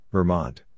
Vermont